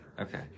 okay